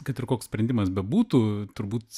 kad ir koks sprendimas bebūtų turbūt